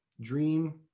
dream